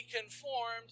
conformed